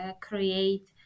create